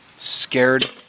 scared